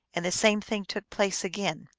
and the same thing took place again.